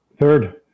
Third